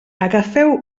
agafeu